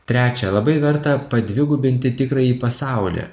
trečia labai verta padvigubinti tikrąjį pasaulį